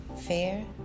Fair